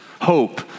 hope